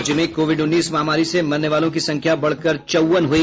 राज्य में कोविड उन्नीस महामारी से मरने वालों की संख्या बढ़कर चौवन हुई